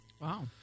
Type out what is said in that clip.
Wow